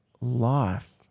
life